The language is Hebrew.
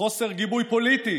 חוסר גיבוי פוליטי